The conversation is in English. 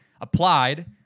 applied